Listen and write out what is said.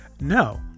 no